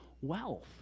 wealth